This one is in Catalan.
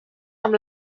amb